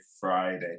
Friday